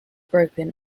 broken